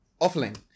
Offline